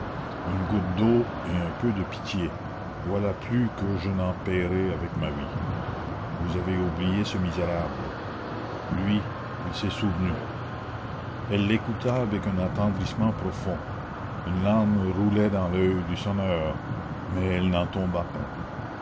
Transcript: une goutte d'eau et un peu de pitié voilà plus que je n'en paierai avec ma vie vous avez oublié ce misérable lui il s'est souvenu elle l'écoutait avec un attendrissement profond une larme roulait dans l'oeil du sonneur mais elle n'en tomba pas